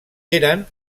eren